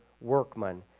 workman